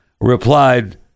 replied